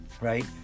right